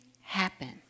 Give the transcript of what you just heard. happen